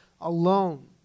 alone